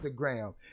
Instagram